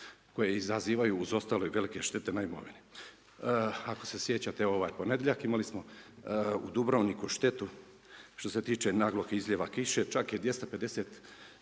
koje izazivaju uz ostalo i velike štete na imovine. Ako se sjećate, ovaj ponedjeljak imali smo u Dubrovniku štetu, što se tiče naglog izlijeva kiše, čak je 250